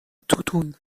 توتون